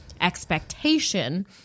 expectation